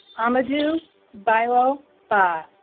amadou bailo bah